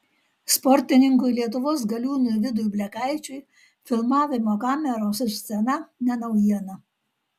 sportininkui lietuvos galiūnui vidui blekaičiui filmavimo kameros ir scena ne naujiena